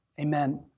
Amen